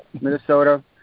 Minnesota